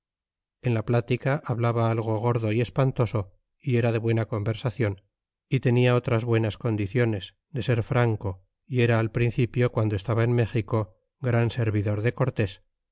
en la plática hablaba algo gordo y espantoso y era de buena conversacion y tenia otras buenas condiciones de ser franco y era al principio guando estaba en méxico gran servidor de cortés